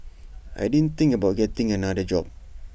I didn't think about getting another job